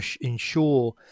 ensure